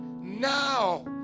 now